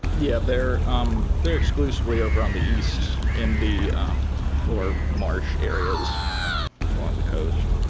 yeah, they're um they're exclusively over on the east in the more marsh areas along the coast.